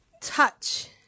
touch